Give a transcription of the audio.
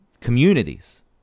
communities